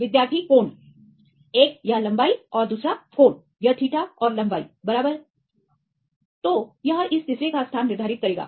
विद्यार्थी कोण एक यह लंबाई और दूसरा कोण यह थीटा और लंबाई बराबर तो यह इस तीसरे का स्थान निर्धारित करेगा